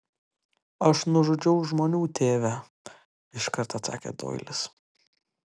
aš nužudžiau žmonių tėve iškart atsakė doilis